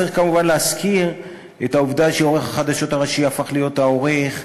צריך כמובן להזכיר את העובדה שעורך החדשות הראשי הפך להיות העורך,